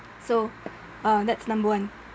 so uh that's number one